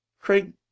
Craig